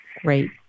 Great